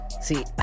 See